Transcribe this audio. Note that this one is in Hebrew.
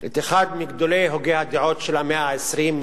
את אחד מגדולי הוגי הדעות של המאה ה-20,